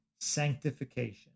sanctification